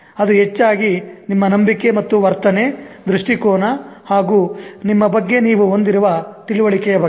ಅದು ಹೆಚ್ಚಾಗಿ ನಿಮ್ಮ ನಂಬಿಕೆ ಮತ್ತು ವರ್ತನೆ ದೃಷ್ಟಿಕೋನ ಹಾಗೂ ನಿಮ್ಮ ಬಗ್ಗೆ ನೀವು ಹೊಂದಿರುವ ತಿಳುವಳಿಕೆಯ ಬಗ್ಗೆ